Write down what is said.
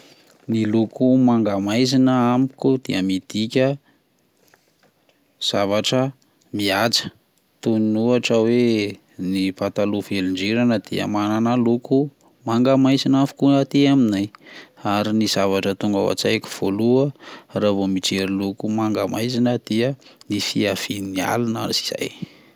Ny loko manga maizina amiko dia midika zavatra mihaja toin'ny ohatra hoe ny pataloha velon-drirana dia mananaloko manga maizina avokoa aty aminay, ary ny zavatra tonga ao an-tsaiko voaloha raha vao mijery loko manga maizina aho dia ny fiavian'ny alina izay.